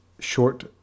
short